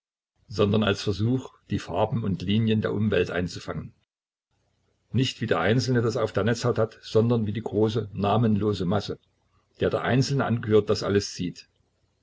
sondern als versuch die farben und linien der umwelt einzufangen nicht wie der einzelne das auf der netzhaut hat sondern wie die große namenlose masse der der einzelne angehört das alles sieht